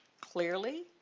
clearly